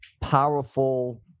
powerful